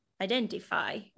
identify